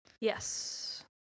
Yes